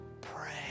pray